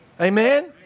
Amen